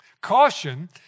caution